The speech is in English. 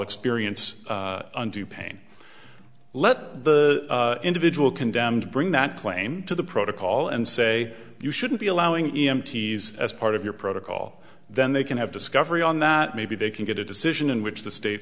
experience undue pain let the individual condemned bring that claim to the protocol and say you shouldn't be allowing e m t as part of your protocol then they can have discovery on that maybe they can get a decision in which the state